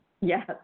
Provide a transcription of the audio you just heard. Yes